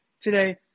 today